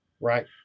Right